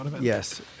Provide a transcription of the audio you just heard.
Yes